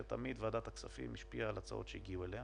תמיד ועדת הכספים השפיעה על הצעות שהגיעו אליה.